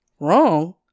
Wrong